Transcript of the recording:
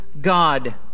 God